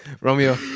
Romeo